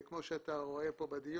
כמו שאתה רואה פה בדיון,